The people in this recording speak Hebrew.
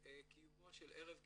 לקיומו של ערב קהילה.